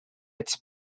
its